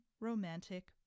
romantic